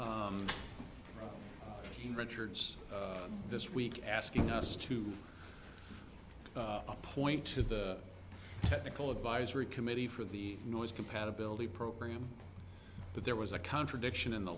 richards this week asking us to appoint to the technical advisory committee for the noise compatibility program but there was a contradiction in the